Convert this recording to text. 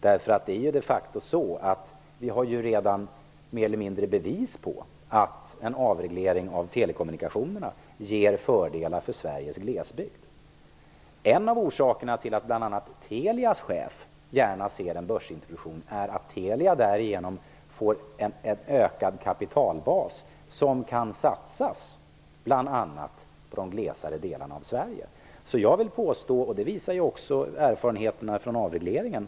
Vi har de facto redan nu mer eller mindre bevis på att en avreglering av telekommunikationerna ger fördelar för Sveriges glesbygd. En av orsakerna till att bl.a. Telias chef gärna ser en börsintroduktion är att Telia därigenom får en ökad kapitalbas, som kan satsas bl.a. på de glesare delarna av Sverige. Det visar också erfarenheterna från avregleringen.